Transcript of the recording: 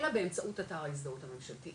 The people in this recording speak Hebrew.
אלא באמצעות אתר ההזדהות הממשלתי,